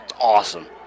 awesome